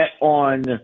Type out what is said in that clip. on